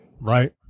right